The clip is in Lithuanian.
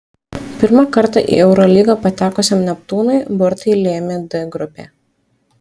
pirmą kartą į eurolygą patekusiam neptūnui burtai lėmė d grupę